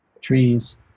trees